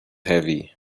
heavy